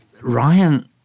Ryan